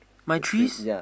my trees